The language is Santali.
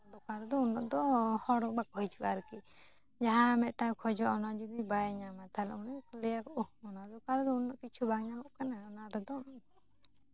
ᱫᱚᱠᱟᱱ ᱫᱚ ᱩᱱᱟᱹᱜ ᱫᱚ ᱦᱚᱲ ᱵᱟᱠᱚ ᱦᱤᱡᱩᱜᱼᱟ ᱟᱨᱠᱤ ᱡᱟᱦᱟᱸ ᱢᱤᱫᱴᱟᱱ ᱠᱷᱚᱡᱚᱜᱼᱟ ᱚᱱᱟ ᱡᱩᱫᱤ ᱵᱟᱭ ᱧᱟᱢᱟ ᱛᱟᱦᱚᱞᱮ ᱩᱱᱤ ᱞᱟᱹᱭᱟᱭ ᱳ ᱚᱱᱟ ᱫᱚᱠᱟᱱ ᱨᱮᱫᱚ ᱩᱱᱟᱹᱜ ᱠᱤᱪᱷᱩ ᱵᱟᱝ ᱧᱟᱢᱚᱜ ᱠᱟᱱᱟ ᱚᱱᱟ ᱨᱮᱫᱚ